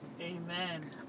Amen